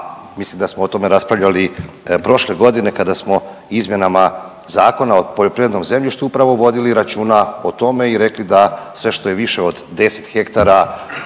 mislim da smo o tome raspravljali prošle godine kada smo izmjenama Zakona o poljoprivrednom zemljištu upravo vodili računa o tome i rekli da sve što je više od 10 hektara